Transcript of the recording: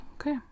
Okay